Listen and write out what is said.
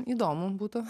įdomu būtų